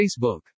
Facebook